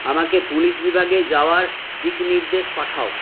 আমাকে পুলিশ বিভাগে যাওয়ার দিকনির্দেশ পাঠাও